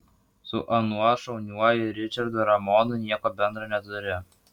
su anuo šauniuoju ričardu ramonu nieko bendra neturi